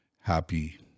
happy